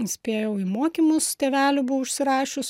spėjau į mokymus tėvelių buvau užsirašius